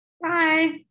Bye